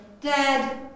Dad